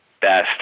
best